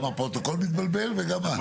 גם הפרוטוקול מתבלבל וגם אני.